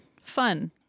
Fun